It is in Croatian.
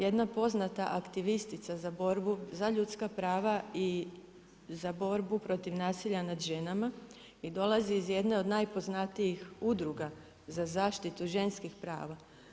Jedna poznata aktivistica za borbu za ljudska prava i za borbu protiv nasilja nad ženama i dolazi iz jedne od najpoznatijih udruga za zaštitu ženskih prava.